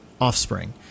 offspring